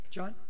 John